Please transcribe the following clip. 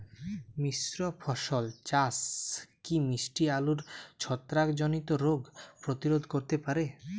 মিশ্র ফসল চাষ কি মিষ্টি আলুর ছত্রাকজনিত রোগ প্রতিরোধ করতে পারে?